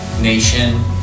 nation